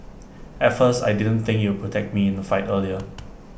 at first I didn't think you protect me in A fight either